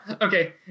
Okay